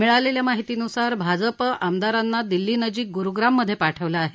मिळालेल्या माहितीनुसार भाजप आमदारांना दिल्लीनजीक गुरूग्राममध्ये पाठवलं आहे